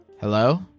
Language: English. Hello